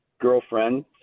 Girlfriend